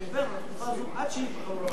הוא דיבר על התקופה הזאת עד שיבחרו רמטכ"ל.